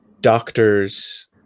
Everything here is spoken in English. doctors